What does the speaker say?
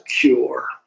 cure